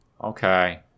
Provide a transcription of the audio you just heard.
Okay